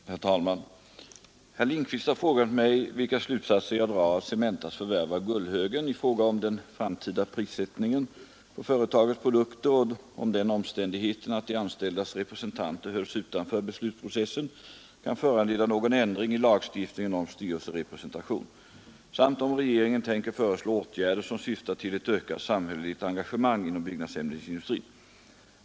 Herr talman! Herr Lindkvist har frågat mig vilka slutsatser jag drar av Cementas förvärv av Gullhögen i fråga om den framtida prissättningen på företagets produkter och om den omständigheten att de anställdas representanter hölls utanför beslutsprocessen kan föranleda någon ändring i lagstiftningen om styrelserepresentation samt om regeringen tänker föreslå åtgärder som syftar till ett ökat samhälleligt engagemang inom byggnadsämnesindustrin.